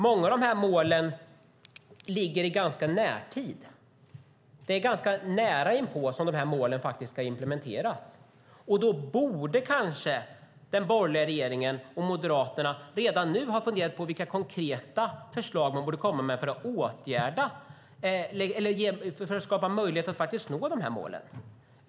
Många av målen ligger i närtid. Det är ganska nära inpå som målen ska implementeras. Då borde kanske den borgerliga regeringen och Moderaterna redan nu ha funderat på vilka konkreta förslag man borde komma med för att skapa möjlighet att nå målen.